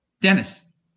Dennis